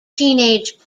teenage